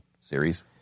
series